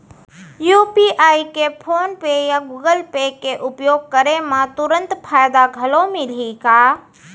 UPI के PhonePe या Google Pay के उपयोग करे म तुरंत फायदा घलो मिलही का?